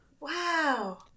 Wow